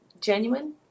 genuine